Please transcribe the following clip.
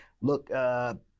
look –